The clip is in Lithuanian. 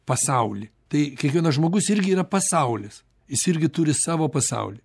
pasauly tai kiekvienas žmogus irgi yra pasaulis jis irgi turi savo pasaulį